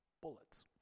bullets